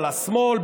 על השמאל,